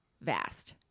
vast